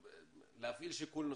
להפעיל שיקול נוסף.